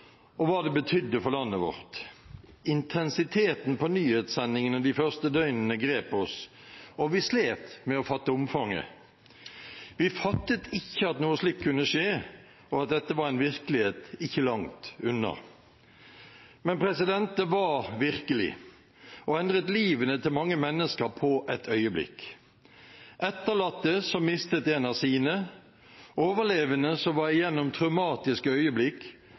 og hva det betydde for landet vårt. Intensiteten på nyhetssendingene de første døgnene grep oss, og vi slet med å fatte omfanget. Vi fattet ikke at noe slikt kunne skje, og at dette var en virkelighet ikke langt unna. Men det var virkelig og endret livet til mange mennesker på et øyeblikk: etterlatte som mistet en av sine, overlevende som var gjennom traumatiske øyeblikk,